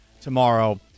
Tomorrow